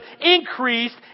increased